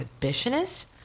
exhibitionist